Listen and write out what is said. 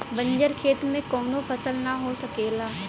बंजर खेत में कउनो फसल ना हो सकेला